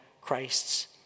Christ's